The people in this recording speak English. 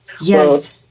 Yes